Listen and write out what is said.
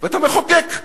ואתה מחוקק,